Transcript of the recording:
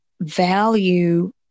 value